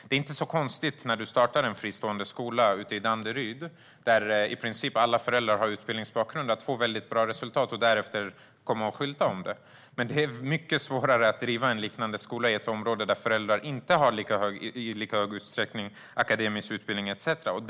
Det är inte så konstigt om du startar en fristående skola ute i Danderyd, där i princip alla föräldrar har en utbildningsbakgrund, att få väldigt bra resultat och därefter kunna skylta med det. Det är mycket svårare att driva en liknande skola i ett område där föräldrar inte har akademisk utbildning i lika stor utsträckning.